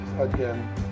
again